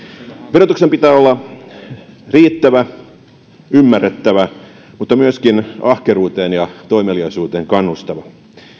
verotuksen pitää olla riittävää ymmärrettävää mutta myöskin ahkeruuteen ja toimeliaisuuteen kannustavaa